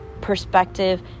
perspective